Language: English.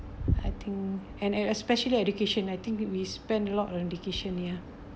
I think and and especially education I think we spend a lot of education ya